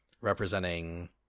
representing